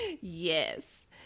Yes